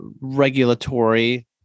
regulatory